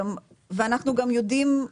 ואנחנו גם יודעים,